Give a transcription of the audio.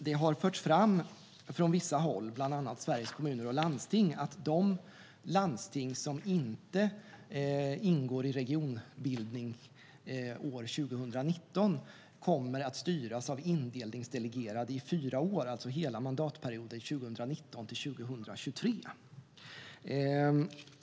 Det har förts fram från vissa håll, bland annat från Sveriges Kommuner och Landsting, att de landsting som inte ingår i regionbildning år 2019 kommer att styras av indelningsdelegerade i fyra år, alltså hela mandatperioden 2019-2023.